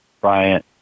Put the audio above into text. Bryant